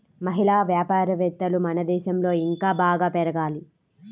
మహిళా వ్యాపారవేత్తలు మన దేశంలో ఇంకా బాగా పెరగాలి